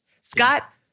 Scott